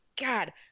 God